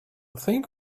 think